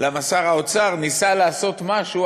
שר האוצר ניסה לעשות משהו,